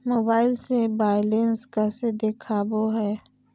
Mobile से balance कैसे देखाबो है?